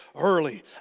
early